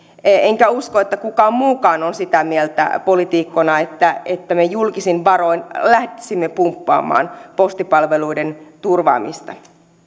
enkä usko että kukaan muukaan on sitä mieltä poliitikkona että että me julkisin varoin lähtisimme pumppaamaan postipalveluiden turvaamista